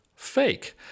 fake